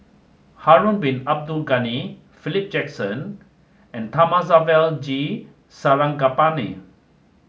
Harun Bin Abdul Ghani Philip Jackson and Thamizhavel G Sarangapani